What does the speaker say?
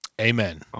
Amen